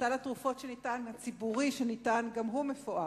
סל התרופות הציבורי שניתן, גם הוא מפואר,